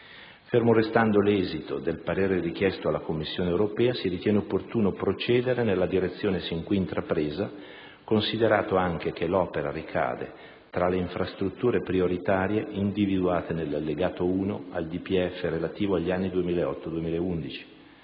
Fermo restando l'esito del parere richiesto alla Commissione europea, si ritiene opportuno procedere nella direzione sin qui intrapresa, considerato anche che l'opera ricade tra le infrastrutture prioritarie individuate nell'Allegato 1 al DPEF relativo agli anni 2008-2011